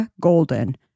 Golden